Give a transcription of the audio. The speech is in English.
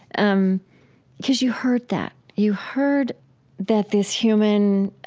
um because you heard that, you heard that this human,